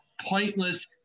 pointless